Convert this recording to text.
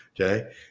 Okay